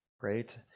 great